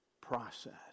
process